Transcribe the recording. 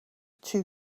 too